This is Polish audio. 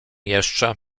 jeszcze